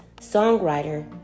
songwriter